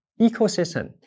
ecosystem